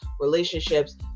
relationships